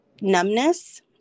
numbness